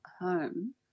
home